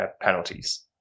penalties